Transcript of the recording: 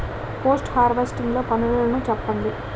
Post harvesting లో పనులను చెప్పండి?